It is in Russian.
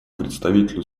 представителю